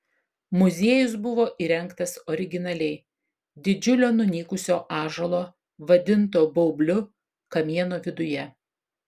muziejus buvo įrengtas originaliai didžiulio nunykusio ąžuolo vadinto baubliu kamieno viduje